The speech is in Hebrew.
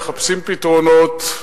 מחפשים פתרונות,